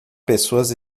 pessoas